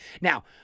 Now